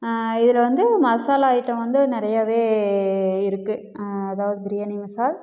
இதில் வந்து மசாலா ஐட்டம் வந்து நிறையாவே இருக்குது அதாவது பிரியாணி மசால்